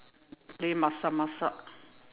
play masak-masak